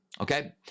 Okay